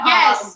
Yes